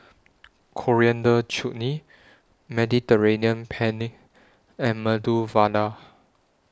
Coriander Chutney Mediterranean Penne and Medu Vada